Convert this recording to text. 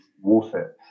warfare